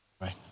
Right